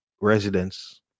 residents